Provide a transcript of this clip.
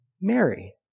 Mary